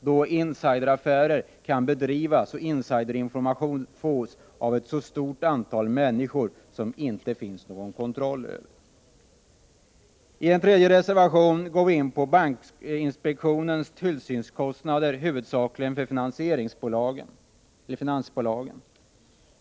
Sådana affärer kan bedrivas och ”insider”-information fås av ett stort antal människor som det inte går att kontrollera. I en tredje reservation tar vi upp frågan om bankinspektionens bidrag från finansbolag för att täcka tillsynskostnaderna.